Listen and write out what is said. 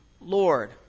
Lord